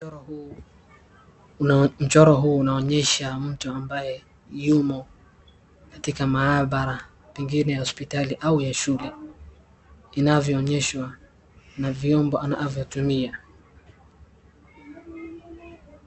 Mchoro huu unaonyesha mtu ambaye yumo katika mahadhara, pengine ya hospitali au ya shule, inavyoonyeshwa na vyombo anavyotumia.